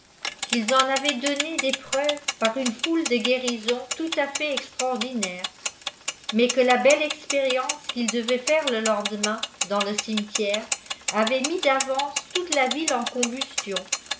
qu'ils en avaient donné des preuves par une foule de guérisons tout à fait extraordinaires mais que ja belle expérience qu'ils devaient faire le lendemain dans le cimetière avait mis d'avance toute la ville en combustion